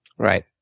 Right